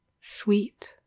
Sweet